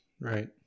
Right